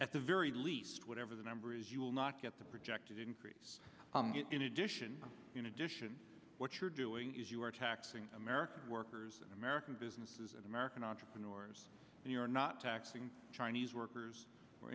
at the very least whatever the number is you will not get the projected increase in addition in addition what you're doing is you're taxing american workers and american businesses and american entrepreneurs and you're not taxing chinese workers